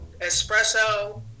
Espresso